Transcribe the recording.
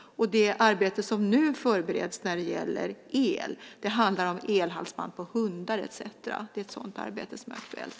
Det arbete som nu förbereds när det gäller el handlar om elhalsband på hundar etcetera. Det är ett sådant arbete som är aktuellt.